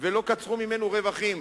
ולא קצרו ממנו רווחים,